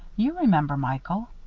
you remember, michael.